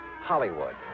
Hollywood